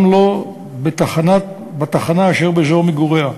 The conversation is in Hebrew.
גם לא בתחנה אשר באזור מגוריה.